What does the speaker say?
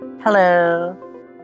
Hello